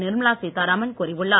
நிர்மலா சீத்தாரமன் கூறியுள்ளார்